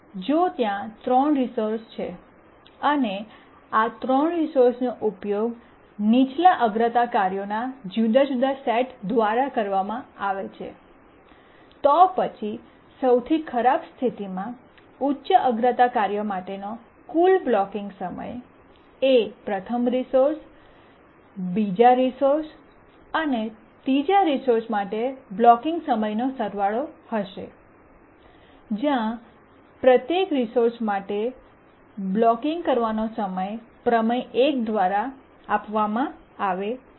જો ત્યાં ત્રણ રિસોર્સ છે અને આ ત્રણ રિસોર્સનો ઉપયોગ નીચલા અગ્રતા કાર્યોના જુદા જુદા સેટ દ્વારા કરવામાં આવે છે તો પછી સૌથી ખરાબ સ્થિતિમાં ઉચ્ચ અગ્રતા કાર્ય માટેનો કુલ બ્લૉકિંગ સમય એ પ્રથમ રિસોર્સ બીજા રિસોર્સ અને ત્રીજા રિસોર્સ માટે બ્લૉકિંગ સમયનો સરવાળો હશે જ્યાં પ્રત્યેક સંસાધનો માટે બ્લૉકિંગ કરવાનો સમય પ્રમેય 1 દ્વારા આપવામાં આવે છે